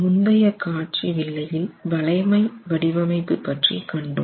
முந்தைய காட்சி வில்லையில் வளைமை வடிவமைப்பு பற்றி கண்டோம்